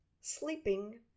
sleeping